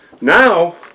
Now